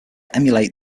emulate